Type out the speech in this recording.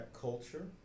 culture